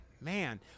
man